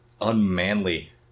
Unmanly